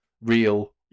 Real